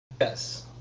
Yes